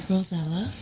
Rosella